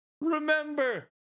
Remember